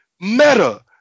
meta